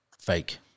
fake